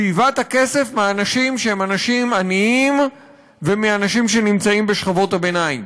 שאיבת הכסף מאנשים שהם אנשים עניים ומאנשים שנמצאים בשכבות הביניים.